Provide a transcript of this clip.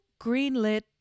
greenlit